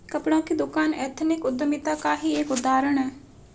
कपड़ों की दुकान एथनिक उद्यमिता का ही एक उदाहरण है